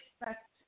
expect